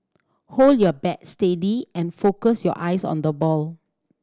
hold your bat steady and focus your eyes on the ball